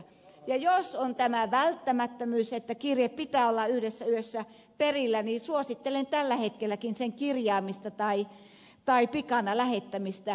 jos on tämä välttämättömyys että kirjeen pitää olla yhdessä yössä perillä niin suosittelen tällä hetkelläkin sen kirjaamista tai pikana lähettämistä